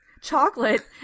Chocolate